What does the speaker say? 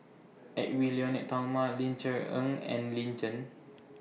Edwy Lyonet Talma Ling Cher Eng and Lin Chen